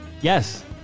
Yes